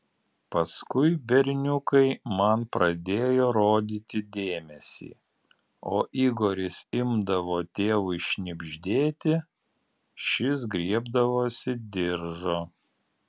paskui berniukai man pradėjo rodyti dėmesį o igoris imdavo tėvui šnibždėti šis griebdavosi diržo